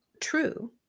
true